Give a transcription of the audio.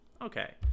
...okay